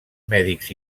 mèdics